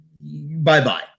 bye-bye